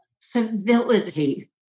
civility